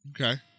Okay